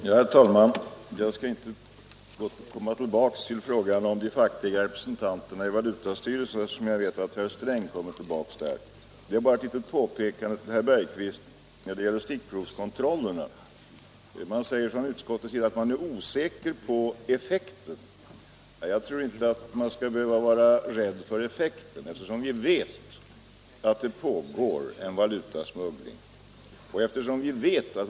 Herr talman! Jag skall inte ytterligare beröra frågan om de fackliga representanterna i valutastyrelsen, eftersom jag vet att herr Sträng kommer tillbaka till den saken. Jag vill bara göra ett litet påpekande till herr Holger Bergqvist i Göteborg när det gäller stickprovskontrollerna. Man säger från utskottets sida att man är osäker på effekten. Jag tror inte att man skall behöva vara rädd för effekten, eftersom vi vet att det pågår en valutasmuggling.